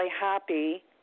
happy